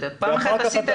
פעם אחת עשית,